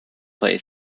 play